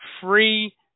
free